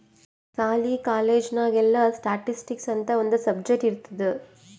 ಸಾಲಿ, ಕಾಲೇಜ್ ನಾಗ್ ಎಲ್ಲಾ ಸ್ಟ್ಯಾಟಿಸ್ಟಿಕ್ಸ್ ಅಂತ್ ಒಂದ್ ಸಬ್ಜೆಕ್ಟ್ ಇರ್ತುದ್